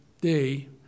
day